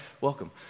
Welcome